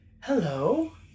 Hello